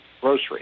grocery